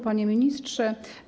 Panie Ministrze!